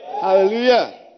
Hallelujah